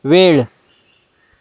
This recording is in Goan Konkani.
वेळ